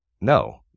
No